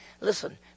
Listen